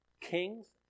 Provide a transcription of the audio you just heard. kings